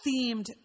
themed